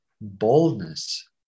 boldness